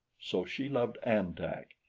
so she loved an-tak.